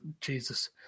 Jesus